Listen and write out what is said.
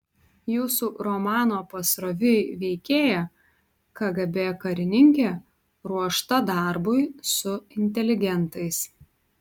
jūsų romano pasroviui veikėja kgb karininkė ruošta darbui su inteligentais